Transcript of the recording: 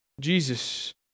Jesus